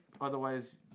otherwise